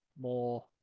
more